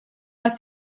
was